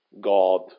God